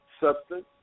substance